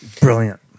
Brilliant